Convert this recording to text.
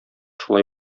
шулай